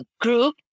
group